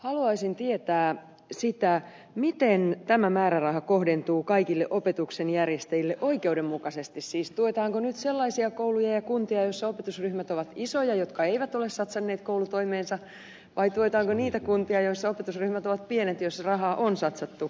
haluaisin tietää siitä miten tämä määräraha kohdentuu kaikille opetuksen järjestäjille oikeudenmukaisesti siis tuetaanko nyt sellaisia kouluja ja kuntia joissa opetusryhmät ovat isoja ja jotka eivät ole satsanneet koulutoimeensa vai tuetaanko niitä kuntia joissa opetusryhmät ovat pienet ja joissa rahaa on satsattu